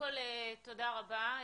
תודה רבה.